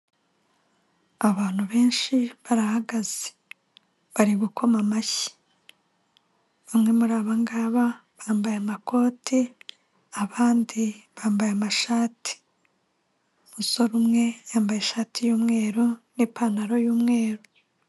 Abantu benshi barahagaze bari gukoma amashyi, bamwe muri aba ngaba bambaye amakoti abandi bambaye amashati, umusore umwe yambaye ishati y'umweru n'ipantaro y'umweru.